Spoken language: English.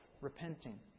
repenting